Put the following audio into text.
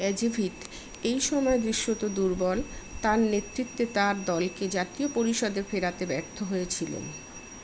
Ecevit এই সময়ে দৃশ্যত দুর্বল তার নেতৃত্বে তার দলকে জাতীয় পরিষদে ফেরাতে ব্যর্থ হয়েছিলেন